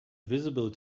visible